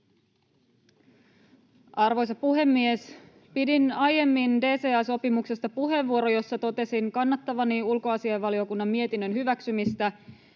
Arvoisa puhemies! Pidin aiemmin DCA-sopimuksesta puheenvuoron, jossa totesin kannattavani ulkoasiainvaliokunnan mietinnön hyväksymistä